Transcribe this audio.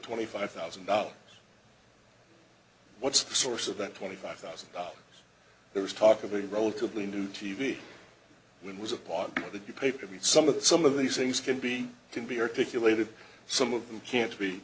twenty five thousand dollars what's the source of that twenty five thousand dollars there was talk of a relatively new t v when was upon the paper to be some of the some of these things can be can be articulated some of them can't be